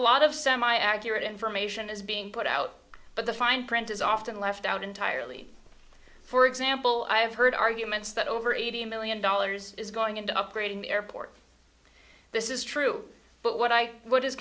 lot of semi accurate information is being put out but the fine print is often left out entirely for example i have heard arguments that over eighty million dollars is going into upgrading the airport this is true but what i w